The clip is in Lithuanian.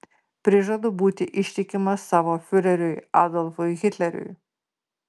prižadu būti ištikimas savo fiureriui adolfui hitleriui